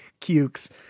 cukes